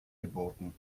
geboten